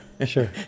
sure